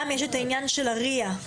יש גם את העניין של ה-RIA.